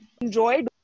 enjoy